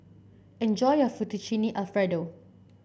enjoy your Fettuccine Alfredo